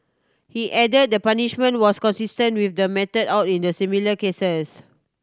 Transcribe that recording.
he add the punishment was consistent with the meted out in the similar cases